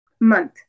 month